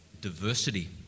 diversity